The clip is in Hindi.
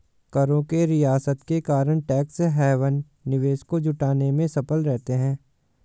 करों के रियायत के कारण टैक्स हैवन निवेश को जुटाने में सफल रहते हैं